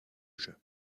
jeu